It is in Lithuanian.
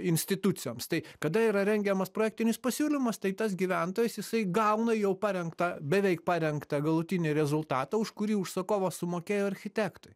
institucijoms tai kada yra rengiamas projektinis pasiūlymas tai tas gyventojas jisai gauna jau parengtą beveik parengtą galutinį rezultatą už kurį užsakovas sumokėjo architektui